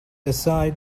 aside